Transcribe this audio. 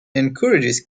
encourages